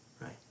right